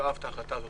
אהב את ההחלטה הזאת.